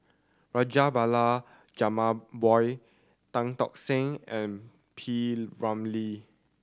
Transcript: Rajabali Jumabhoy Tan Tock San and P Ramlee